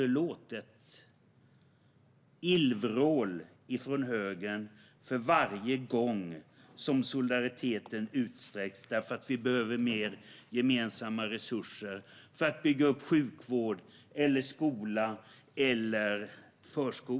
Det har varit illvrål från högern varje gång som solidariteten har utsträckts för att vi behöver mer gemensamma resurser för att bygga upp sjukvård, skola eller förskola.